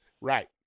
Right